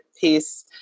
piece